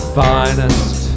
finest